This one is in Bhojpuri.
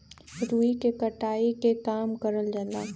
रुई के कटाई के काम करल जाला